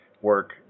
work